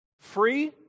Free